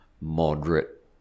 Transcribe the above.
moderate